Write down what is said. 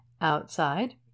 Outside